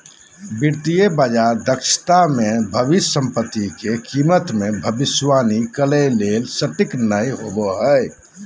वित्तीय बाजार दक्षता मे भविष्य सम्पत्ति के कीमत मे भविष्यवाणी करे ला सटीक नय होवो हय